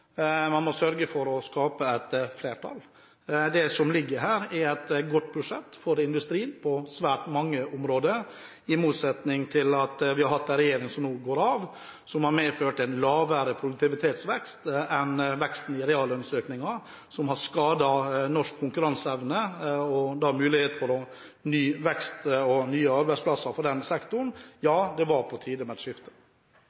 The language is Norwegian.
man skal ha. Man må sørge for å skape et flertall. Det som ligger her, er et godt budsjett for industrien på svært mange områder, i motsetning til budsjettene til den regjeringen som nå har gått av, som har medført en lavere produktivitetsvekst enn veksten i reallønnsøkningen, noe som har skadet norsk konkurranseevne og muligheten for ny vekst og nye arbeidsplasser for sektoren.